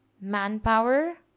manpower